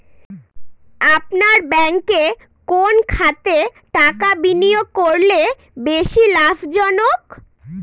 আপনার ব্যাংকে কোন খাতে টাকা বিনিয়োগ করলে বেশি লাভজনক?